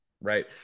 right